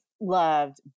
loved